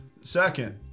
second